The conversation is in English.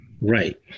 right